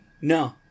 no